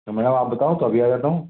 समय अब आप बताओ तो अभी आ जाता हूँ